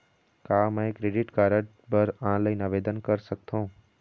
का मैं credit card बर ऑनलाइन आवेदन कर सकथों?